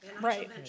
Right